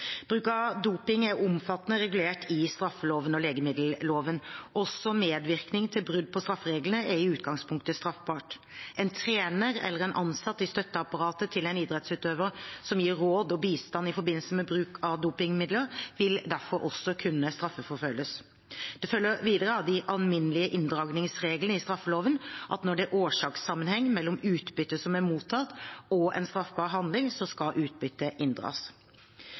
Bruk av doping er omfattende regulert i straffeloven og legemiddelloven. Også medvirkning til brudd på straffereglene er i utgangspunktet straffbart. En trener eller ansatt i støtteapparatet til en idrettsutøver som gir råd og bistand i forbindelse med bruk av dopingmidler, vil derfor også kunne straffeforfølges. Det følger videre av de alminnelige inndragningsreglene i straffeloven at når det er årsakssammenheng mellom utbyttet som er mottatt og en straffbar handling, skal utbyttet inndras.